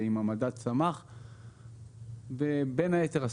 בין היתר,